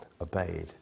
obeyed